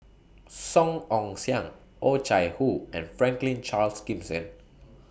Song Ong Siang Oh Chai Hoo and Franklin Charles Gimson